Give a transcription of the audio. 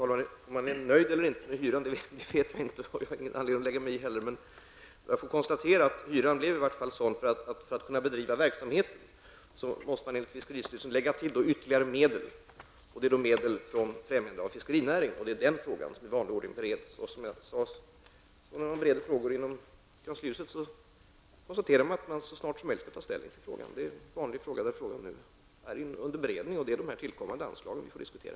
Herr talman! Om man är nöjd eller inte med hyran vet jag inte, och det har jag inte heller någon anledning att lägga mig i. Jag bara konstaterar att hyran i varje fall blev sådan att man enligt fiskeristyrelsen måste lägga till ytterligare medel för att verksamheten skall kunna bedrivas. Det är då medel från Främjande av fiskerinäringen, och det är den frågan som i vanlig ordning bereds. Som vanligt när man bereder frågor inom kanslihuset konstaterar man att man så snart som möjligt skall ta ställning till frågan. Det är en vanlig fråga, som nu är under beredning, och det är de tillkommande anslagen som vi får diskutera.